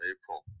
April